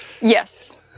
Yes